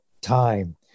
time